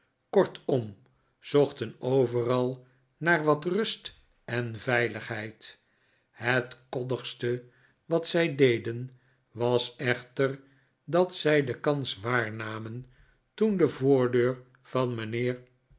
kortom zochten overai naar wat rust en veiligheid het koddigste wat zij deden was echter dat zij de kans waarnamen toen de voordeur van mijnheer